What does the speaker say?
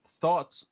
Thoughts